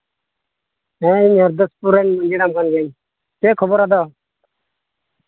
ᱦᱮᱸ ᱤᱧ ᱡᱚᱜᱫᱤᱥᱯᱩᱨ ᱨᱮᱱ ᱢᱟᱹᱡᱷᱤ ᱦᱟᱲᱟᱢ ᱠᱟᱱ ᱜᱤᱭᱟᱹᱧ ᱪᱮᱫ ᱠᱷᱚᱵᱚᱨ ᱟᱫᱚ